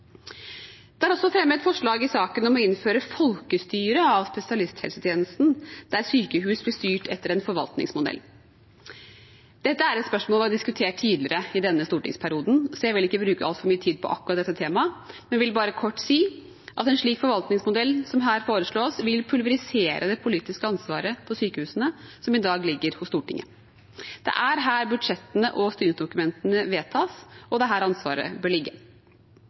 Det er også fremmet forslag i saken om å innføre folkestyre av spesialisthelsetjenesten, der sykehus blir styrt etter en forvaltningsmodell. Dette er et spørsmål vi har diskutert tidligere i denne stortingsperioden, så jeg vil ikke bruke altfor mye tid på akkurat dette temaet, men vil bare kort si at en slik forvaltningsmodell som her foreslås, vil pulverisere det politiske ansvaret for sykehusene, som i dag ligger hos Stortinget. Det er her budsjettene og styringsdokumentene vedtas, og det er her ansvaret bør ligge.